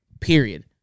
Period